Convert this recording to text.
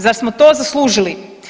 Zar smo to zaslužili?